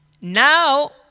Now